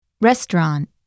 Restaurant